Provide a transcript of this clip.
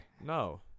No